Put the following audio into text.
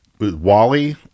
Wally